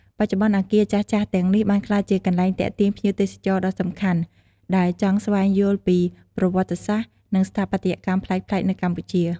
បច្ចុប្បន្ន អគារចាស់ៗទាំងនេះបានក្លាយជាកន្លែងទាក់ទាញភ្ញៀវទេសចរដ៏សំខាន់ ដែលចង់ស្វែងយល់ពីប្រវត្តិសាស្ត្រ និងស្ថាបត្យកម្មប្លែកៗនៅកម្ពុជា។